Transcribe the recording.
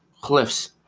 cliffs